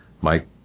Mike